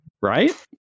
right